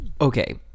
Okay